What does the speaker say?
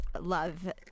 love